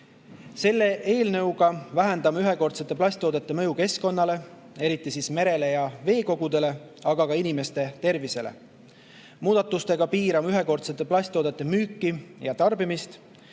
Selle eelnõuga vähendame ühekordsete plasttoodete mõju keskkonnale, eriti merele ja [muudele] veekogudele, aga ka inimeste tervisele. Muudatustega piirame ühekordsete plasttoodete müüki ja tarbimist,